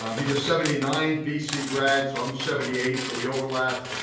um he's a seventy nine bc grad. so i'm seventy eight, so we overlapped.